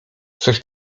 coś